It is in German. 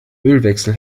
ölwechsel